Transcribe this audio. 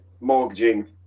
mortgaging